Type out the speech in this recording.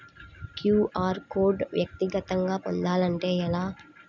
QR code వ్యక్తిగతంగా పొందాలంటే ఎలా?